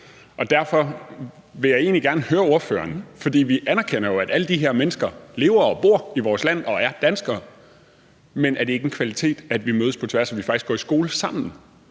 og derfor vil jeg egentlig gerne høre ordføreren – for vi anerkender jo, at alle de her mennesker lever og bor i vores land og er danskere – om det ikke er en kvalitet, at vi mødes på tværs, og at vi faktisk går i skole sammen,